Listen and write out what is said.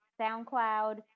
SoundCloud